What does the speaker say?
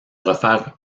refaire